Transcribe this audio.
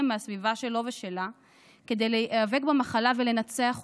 ומהסביבה שלו ושלה כדי להיאבק במחלה ולנצח אותה.